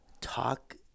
talk